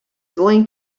going